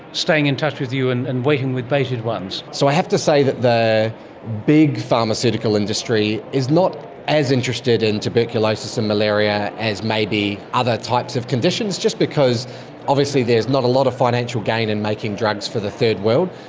staying in touch with you and and waiting with bated ones? so i have to say that the big pharmaceutical industry is not as interested in tuberculosis and malaria as maybe other types of conditions, just because obviously there's not a lot of financial gain in making drugs for the third world,